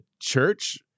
church